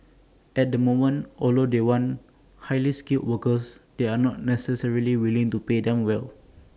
at the moment although they want highly skilled workers they are not necessarily willing to pay them well